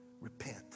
repent